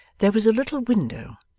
there was a little window,